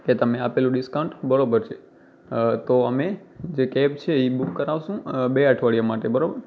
કે તમે આપેલું ડિસ્કાઉન્ટ બરાબર છે અ તો અમે જે કૅબ છે એ બૂક કરાવીશું બે અઠવાડિયા માટે બરાબર